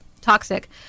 toxic